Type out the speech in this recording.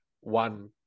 one